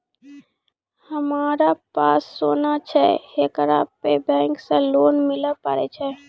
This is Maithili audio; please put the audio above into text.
हमारा पास सोना छै येकरा पे बैंक से लोन मिले पारे छै?